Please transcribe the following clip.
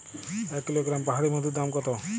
এক কিলোগ্রাম পাহাড়ী মধুর দাম কত?